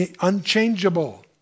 unchangeable